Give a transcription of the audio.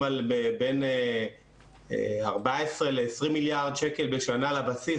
על בין 14 ל-20 מיליארד שקל בשנה לבסיס,